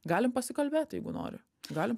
galim pasikalbėt jeigu nori galim